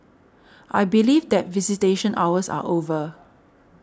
I believe that visitation hours are over